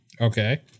okay